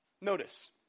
Notice